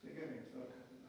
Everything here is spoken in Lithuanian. tai gerai tvarka tada